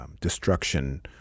destruction